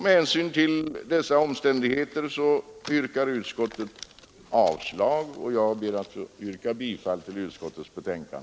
Med hänsyn till dessa omständigheter avstyrker utskottsmajoriteten motionerna, och jag ber att få yrka bifall till utskottets hemställan.